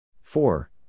Four